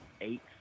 eight